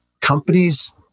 companies